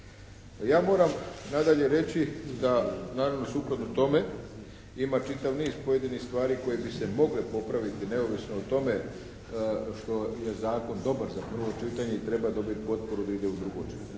Ja moram nadalje reći da naravno sukladno tome ima čitav niz pojedinih stvari koje bi se mogle popraviti neovisno tome što je zakon dobar za prvo čitanje i treba dobiti potporu da ide u drugo čitanje.